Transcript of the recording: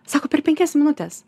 sako per penkias minutes